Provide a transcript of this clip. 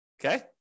Okay